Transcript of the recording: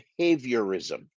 behaviorism